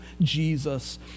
Jesus